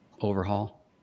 overhaul